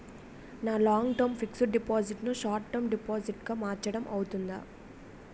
నా long term fixed deposit ను short term deposit గా మార్చటం అవ్తుందా?